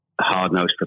hard-nosed